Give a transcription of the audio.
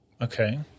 Okay